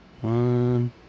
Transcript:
One